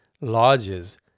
lodges